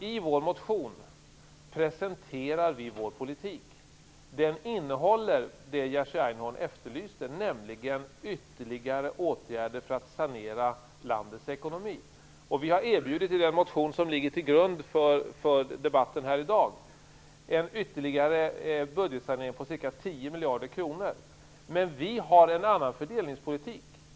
I vår motion presenterar vi vår politik och den innehåller det som Jerzy Einhorn efterlyst, nämligen ytterligare åtgärder för att sanera landets ekonomi. I den motion som ligger till grund för dagens debatt erbjuder vi ytterligare en budgetsanering på ca 10 miljarder kronor, men vi har en annan fördelningspolitik.